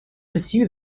pursue